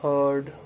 Heard